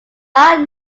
are